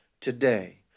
today